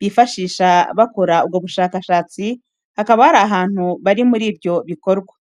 bifashisha bakora ubwo bushakashatsi hakaba hari abantu bari muri ibyo bikorwa.